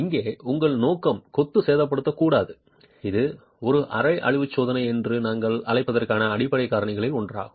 இங்கே உங்கள் நோக்கம் கொத்து சேதப்படுத்தக்கூடாது இது ஒரு அரை அழிவு சோதனை என்று நாங்கள் அழைப்பதற்கான அடிப்படை காரணங்களில் ஒன்றாகும்